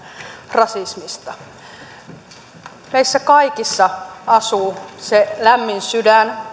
rasismista meissä kaikissa asuu se lämmin sydän